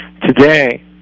Today